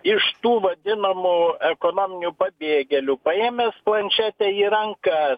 iš tų vadinamų ekonominių pabėgėlių paėmęs planšetę jie ranka